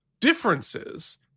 differences